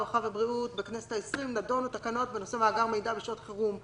הרווחה והבריאות בכנסת העשרים נדונו תקנות בנושא מאגר מידע בשעות חירום,